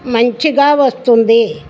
మంచిగా వస్తుంది